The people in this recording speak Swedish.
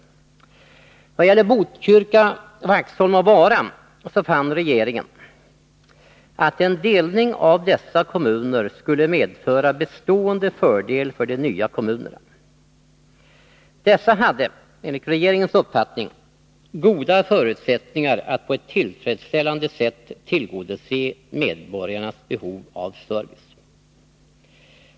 I vad gäller Botkyrka, Vaxholm och Vara fann regeringen att en delning av dessa kommuner skulle medföra bestående fördelar för de nya kommunerna. Dessa hade enligt regeringens uppfattning goda förutsättningar att på ett tillfredsställande sätt tillgodose medborgarnas behov av service.